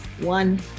one